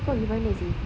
ni kau gi mana seh